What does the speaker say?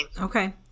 okay